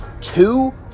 two